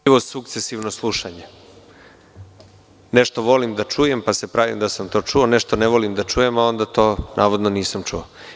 Zanimljivo je slušanje – nešto volim da čujem, pa se pravim da sam to čuo, nešto ne volim da čujem, a onda to navodno nisam čuo.